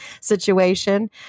situation